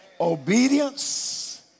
Obedience